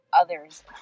others